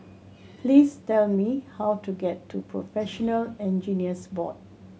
please tell me how to get to Professional Engineers Board